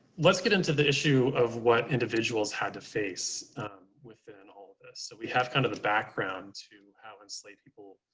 let's get into the issue of what individuals had to face within all this. so we have kind of the background to how enslaved people,